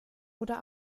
oder